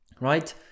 right